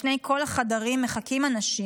לפני כל החדרים מחכים אנשים.